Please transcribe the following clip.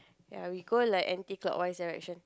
ya we go like anti-clockwise direction